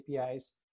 APIs